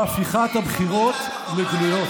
והפיכת הבחירות לגלויות.